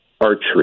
archery